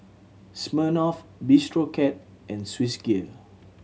Smirnoff Bistro Cat and Swissgear